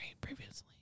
previously